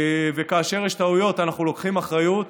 וכאשר יש טעויות, אנחנו לוקחים אחריות.